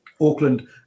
Auckland